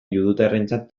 judutarrentzat